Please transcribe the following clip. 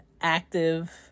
active